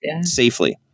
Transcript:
safely